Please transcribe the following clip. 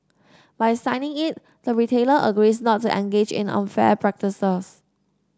by signing it the retailer agrees not to engage in unfair practices